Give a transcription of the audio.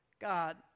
God